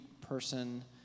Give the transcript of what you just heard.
person